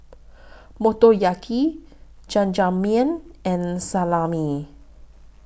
Motoyaki Jajangmyeon and Salami